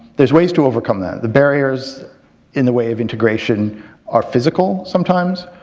there's ways to overcome that. the barriers in the way of integration are physical sometimes.